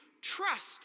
trust